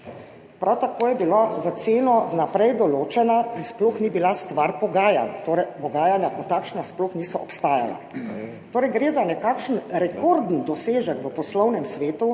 Prav tako je bila cena vnaprej določena, sploh ni bila stvar pogajanj, torej pogajanja kot takšna sploh niso obstajala. Gre za nekakšen rekorden dosežek v poslovnem svetu,